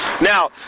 Now